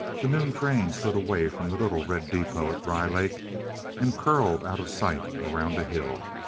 the noon train slid away from the little, red depot at dry lake and curled out of sight around a hill.